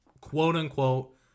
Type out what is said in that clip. quote-unquote